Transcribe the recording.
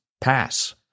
pass